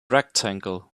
rectangle